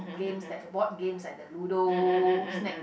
games that the board games like the Ludo snake